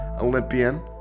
Olympian